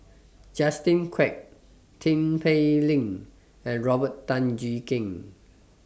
Justin Quek Tin Pei Ling and Robert Tan Jee Keng